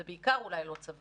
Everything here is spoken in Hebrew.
זה בעיקר לא צבא.